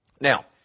Now